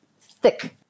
thick